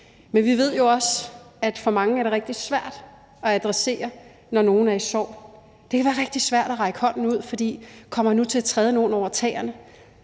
men vi ved også, at det for mange er rigtig svært at adressere det, når nogen er i sorg. Det kan være rigtig svært at række hånden ud, for kommer man nu til at træde nogen over tæerne,